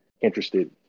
interested